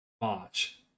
March